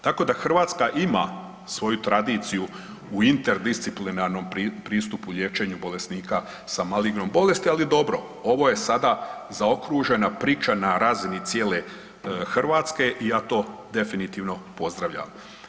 Tako da Hrvatska ima svoju tradiciju u interdisciplinarnom pristupu liječenju bolesnika s malignom bolesti, ali dobro, ovo je sada zaokružena priča na razini cijele Hrvatske i ja to definitivno pozdravljam.